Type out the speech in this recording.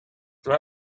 their